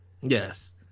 Yes